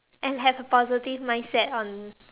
and have a positive mindset on